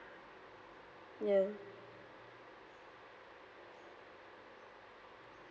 ya